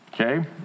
okay